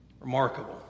Remarkable